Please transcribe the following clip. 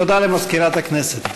תודה למזכירת הכנסת.